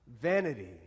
Vanity